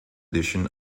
edition